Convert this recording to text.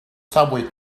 subway